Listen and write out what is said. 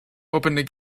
opened